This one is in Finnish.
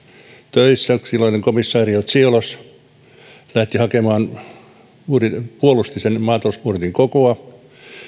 töissä silloinen komissaari ciolos puolusti maatalousbudjetin kokoa